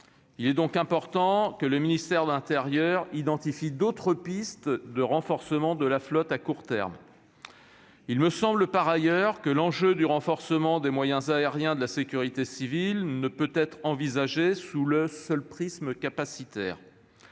Il est donc important que le ministère de l'intérieur identifie d'autres pistes de renforcement de la flotte à court terme. Il me semble par ailleurs que l'enjeu du renforcement des moyens aériens de la sécurité civile ne peut être envisagé sous le seul prisme capacitaire.